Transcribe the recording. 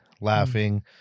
laughing